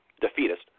defeatist